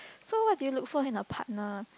so what do you look for in your partner